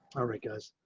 alright guys,